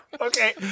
Okay